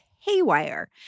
haywire